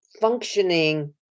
functioning